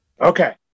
Okay